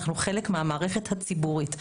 אנחנו חלק מהמערכת הציבורית.